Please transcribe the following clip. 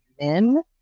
men